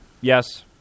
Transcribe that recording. yes